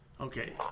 Okay